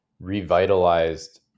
revitalized